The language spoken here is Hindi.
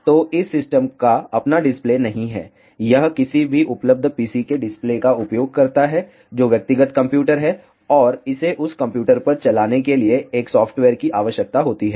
तो इस सिस्टम का अपना डिस्प्ले नहीं है यह किसी भी उपलब्ध PC के डिस्प्ले का उपयोग करता है जो व्यक्तिगत कंप्यूटर है और इसे उस कंप्यूटर पर चलाने के लिए एक सॉफ्टवेयर की आवश्यकता होती है